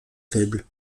faible